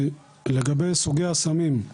לגבי סוגי הסמים: